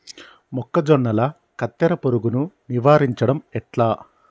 మొక్కజొన్నల కత్తెర పురుగుని నివారించడం ఎట్లా?